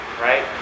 right